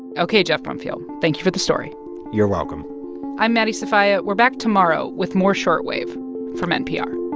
ok, geoff brumfiel, thank you for the story you're welcome i'm maddie sofia. we're back tomorrow with more short wave from npr